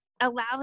allows